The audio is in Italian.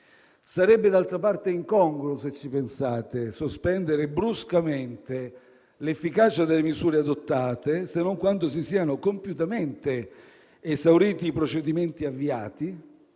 Sarebbe, d'altra parte, incongruo - se ci pensate - sospendere bruscamente l'efficacia delle misure adottate, se non quando si siano compiutamente esauriti i procedimenti avviati